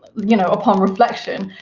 you know, upon reflection,